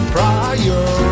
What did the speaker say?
Prior